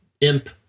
imp